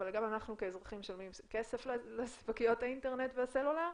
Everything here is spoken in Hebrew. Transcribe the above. אבל גם אנחנו כאזרחים משלמים כסף לספקיות האינטרנט והסלולר.